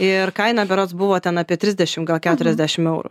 ir kaina berods buvo ten apie trisdešimt gal keturiasdešimt eurų